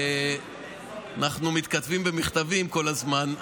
אנחנו מתכתבים במכתבים כל הזמן,